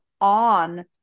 on